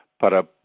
para